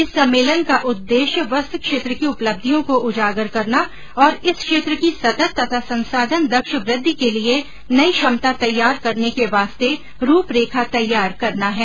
इस सम्मेलन का उद्देश्य वस्त्र क्षेत्र की उपलब्धियों को उजागर करना और इस क्षेत्र की सतत तथा संसाधन दक्ष वृद्धि के लिए नई क्षमता तैयार करने के वास्ते रूपरेखा तैयार करना है